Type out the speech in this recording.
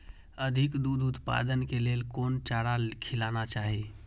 अधिक दूध उत्पादन के लेल कोन चारा खिलाना चाही?